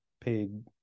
paid